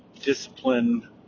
discipline